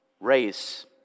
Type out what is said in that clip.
race